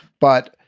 but,